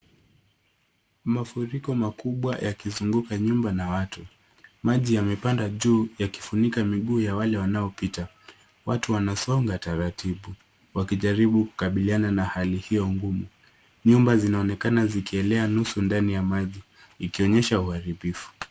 Mafuriko makubwa yakizunguka nyumba na watu. Maji yamepanda juu yakifunika miguu ya wale wanaopita. Watu wanasonga taratibu wakijaribu kukabiliana na hali hiyo ngumu. Nyumba zinaonekana zikielea nusu ndani ya maji ikionyesha uharibifu.